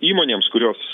įmonėms kurios